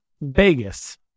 Vegas